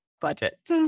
Budget